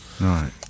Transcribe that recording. right